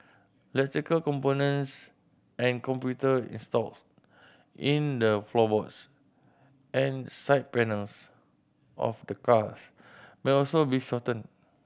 electrical components and computer installed in the floorboards and side panels of the cars may also be shorten